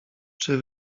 czy